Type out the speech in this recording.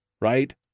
Right